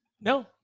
no